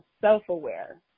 self-aware